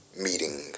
meeting